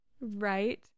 Right